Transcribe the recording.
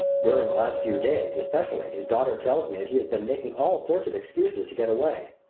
during the last few days especially his daughter tells me he has been making all sorts of excuses to get away.